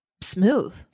Smooth